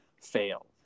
fail